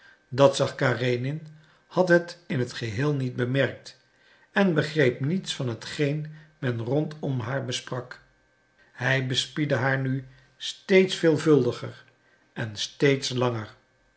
anna dat zag karenin had het in het geheel niet bemerkt en begreep niets van hetgeen men rondom haar besprak hij bespiedde haar nu steeds veelvuldiger en steeds langer